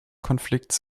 konflikts